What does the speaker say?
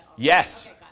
Yes